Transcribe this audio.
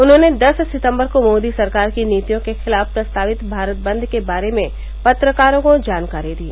उन्होंने दस सितम्बर को मोदी सरकार की नीतियों के खिलाफ प्रस्तावित भारत बंद के बारे में पत्रकारों को जानकारी दी